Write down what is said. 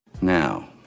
Now